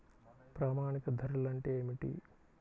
ప్రామాణిక ధరలు అంటే ఏమిటీ?